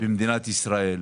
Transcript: במדינת ישראל,